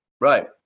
right